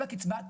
כל הקצבה,